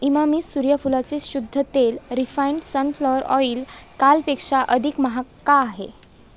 इमामी सूर्यफुलाचे शुद्ध तेल रिफाईंड सनफ्लवर ऑइल कालपेक्षा अधिक महाग का आहे